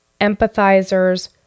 empathizers